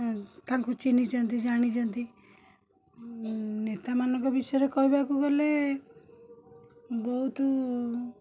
ତାଙ୍କୁ ଚିହ୍ନିଛନ୍ତି ଜାଣିଛନ୍ତି ନେତାମାନଙ୍କ ବିଷୟରେ କହିବାକୁ ଗଲେ ବହୁତ